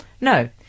No